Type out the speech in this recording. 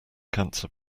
cancer